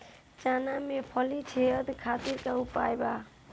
चना में फली छेदक खातिर का उपाय बा?